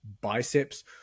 biceps